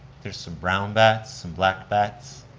there's some brown bats, some black bats.